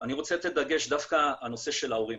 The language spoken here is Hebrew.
אני רוצה לתת דגש דווקא לנושא של ההורים.